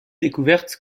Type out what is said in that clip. découvertes